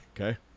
Okay